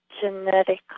Genetic